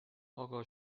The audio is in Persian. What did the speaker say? آقا